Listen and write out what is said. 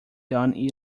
done